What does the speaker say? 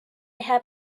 have